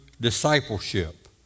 discipleship